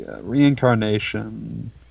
Reincarnation